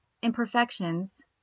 imperfections